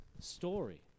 story